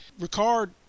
Ricard